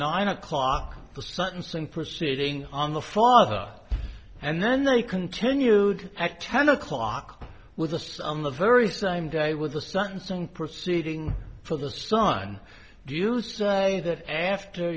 nine o'clock the sentencing proceeding on the father and then they continued act ten o'clock with us on the very same day with the sentencing proceeding for the son do you say that after